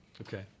Okay